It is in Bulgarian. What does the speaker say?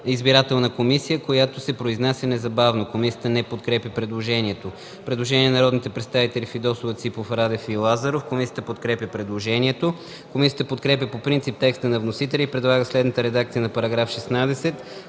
избирателна комисия, която се произнася незабавно.” Комисията не подкрепя предложението. Предложение на народните представители Фидосова, Ципов, Радев и Лазаров. Комисията подкрепя предложението. Комисията подкрепя по принцип текста на вносителя и предлага следната редакция на § 16,